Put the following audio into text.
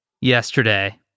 yesterday